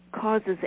causes